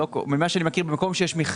חושב שיש להם בזבוז יתר של